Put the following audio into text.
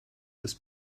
das